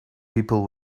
people